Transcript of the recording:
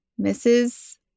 Mrs